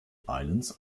islands